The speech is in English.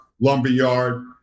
lumberyard